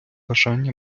бажання